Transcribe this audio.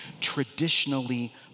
traditionally